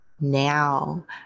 now